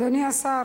אדוני השר